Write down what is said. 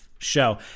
Show